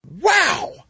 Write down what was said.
Wow